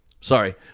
Sorry